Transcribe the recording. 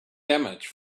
damage